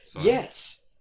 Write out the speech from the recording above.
Yes